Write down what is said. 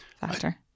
factor